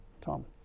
Tom